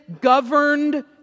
governed